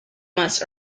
months